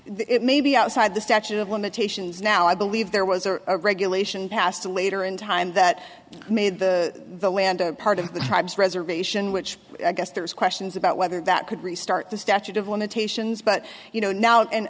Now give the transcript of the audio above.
it may be outside the statute of limitations now i believe there was a regulation passed later in time that made the land a part of the tribes reservation which i guess there's questions about whether that could restart the statute of limitations but you know now and